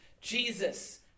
Jesus